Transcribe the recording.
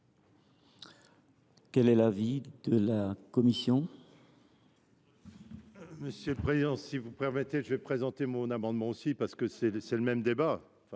Quel est l’avis de la commission ?